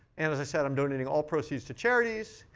and as i said, i'm donating all proceeds to charities.